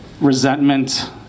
resentment